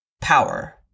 power